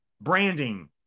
branding